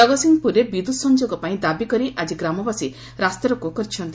କଗତସିଂହପୁରରେ ବିଦ୍ୟୁତ୍ ସଂଯୋଗ ପାଇଁ ଦାବି କରି ଆକି ଗ୍ରାମବାସୀ ରାସ୍ତାରୋକ କରିଛନ୍ତି